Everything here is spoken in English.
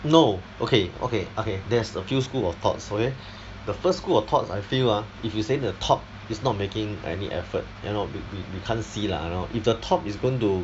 no okay okay okay there's a few school of thoughts okay the first school of thoughts I feel ah if you saying the top is not making any effort you know you can't see lah you know if the top is going to